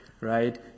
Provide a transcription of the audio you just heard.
right